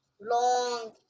long